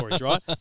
right